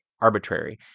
arbitrary